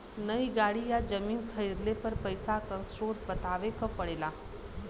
नई गाड़ी या जमीन खरीदले पर पइसा क स्रोत बतावे क पड़ेला